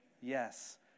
Yes